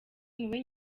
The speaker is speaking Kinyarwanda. niwe